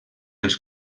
els